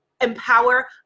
empower